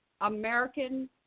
American